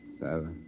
seven